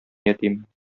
ятим